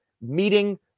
meeting